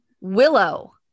Willow